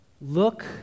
Look